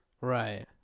right